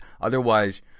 Otherwise